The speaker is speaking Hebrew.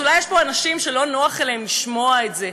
אז אולי יש פה אנשים שלא נוח להם לשמוע את זה,